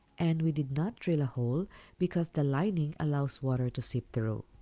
and we did not drill a hole because the lining allows water to seep through.